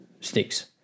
sticks